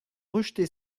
rejeter